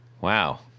Wow